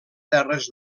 terres